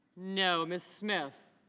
no. mrs. smith